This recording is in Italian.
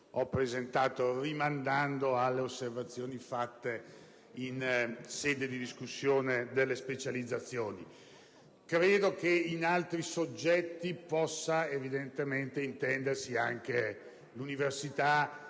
Saccomanno, rimandando alle osservazioni fatte in sede di discussione sulle specializzazioni. Credo che con «altri soggetti» possa evidentemente intendersi anche l'università